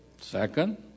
Second